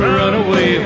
runaway